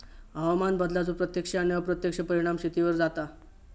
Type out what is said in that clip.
हवामान बदलाचो प्रत्यक्ष आणि अप्रत्यक्ष परिणाम शेतीवर जाता